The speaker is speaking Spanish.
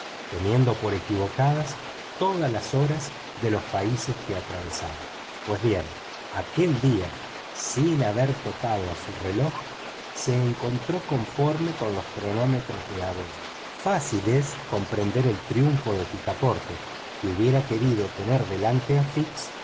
teniendo por equivocadas todas las horas de los países que atravesaban pues bien aquel día sin haber tocado a su reloj se encontró conforme con los cronómetros de a bordo fácil es comprender el triunfo de picaporte que hubiera querido tener delante a fix